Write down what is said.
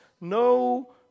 no